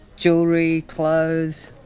jewelry, clothes.